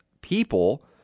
people